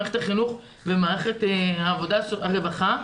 מערכת החינוך ומערכת הרווחה,